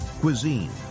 cuisine